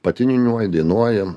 pati niūniuoji dainuoji